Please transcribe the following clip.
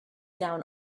down